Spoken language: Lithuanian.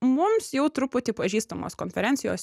mums jau truputį pažįstamos konferencijos